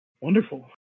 Wonderful